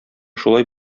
шулай